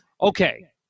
okay